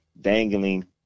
dangling